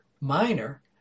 Minor